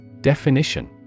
Definition